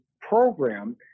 program